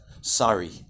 Sorry